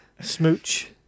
smooch